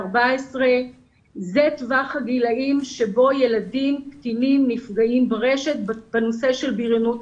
14. זה טווח הגילים בו ילדים קטינים נפגעים ברשת בנושא של בריונות,